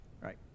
Right